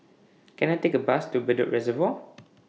Can I Take A Bus to Bedok Reservoir